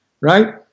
right